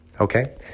okay